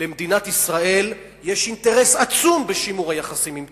למדינת ישראל יש אינטרס עצום בשימור היחסים עם טורקיה,